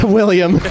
William